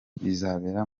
bizabera